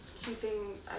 keeping